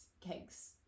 cakes